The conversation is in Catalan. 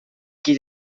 qui